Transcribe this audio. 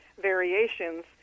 variations